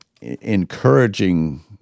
encouraging